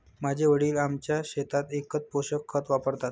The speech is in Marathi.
माझे वडील आमच्या शेतात एकच पोषक खत वापरतात